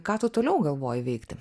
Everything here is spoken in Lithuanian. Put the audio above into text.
ką tu toliau galvoji veikti